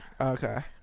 okay